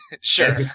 Sure